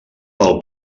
del